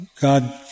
God